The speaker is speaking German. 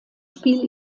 spiel